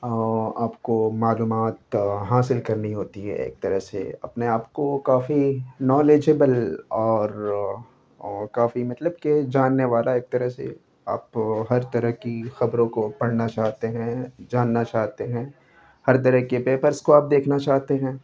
آپ کو معلومات حاصل کرنی ہوتی ہے ایک طرح سے اپنے آپ کو کافی نالجیبل اور کافی مطلب کہ جاننے والا ایک طرح سے آپ ہر طرح کی خبروں کو پڑھنا چاہتے ہیں جاننا چاہتے ہیں ہر طرح کے پیپرس کو آپ دیکھنا چاہتے ہیں